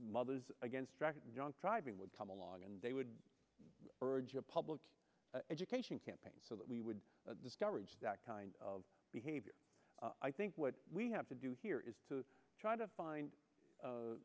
mothers against drunk driving would come along and they would urge a public education campaign so that we would discover that kind of behavior i think what we have to do here is to try to find